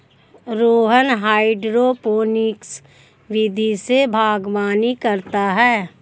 Rohan hydroponics विधि से बागवानी करता है